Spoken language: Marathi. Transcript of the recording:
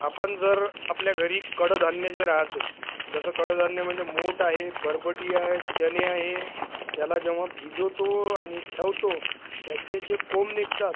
आपण जर आपल्या घरी कडधान्य जे राहाते तसं कडधान्य म्हणजे मोट आहे बरबटी आहे चणे आहे याला जेव्हा भिजवतो आणि ठेवतो त्याचे जे कोंभ निघतात